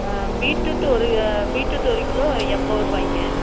beetroot ஒரு beetroot ஒரு kilo எண்பது ரூவாய்ங்க